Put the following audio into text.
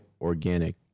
organic